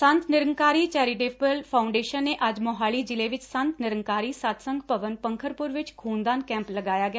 ਸੰਤ Nirankari charitable foundation ਨੇ ਅੱਜ ਮੌਹਾਲੀ ਜਿਲ੍ਹੇ ਵਿਚ ਸੰਤ ਨਿਰੰਕਾਰੀ ਸਤਸੰਗ ਭਵਨ ਭੰਖਰਪੁਰ ਵਿੱਚ ਖੂਨਦਾਨ ਕੈਂਪ ਲਗਾਇਆ ਗਿਆ